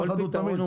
שהחלטתם.